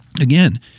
again